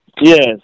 Yes